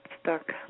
Stuck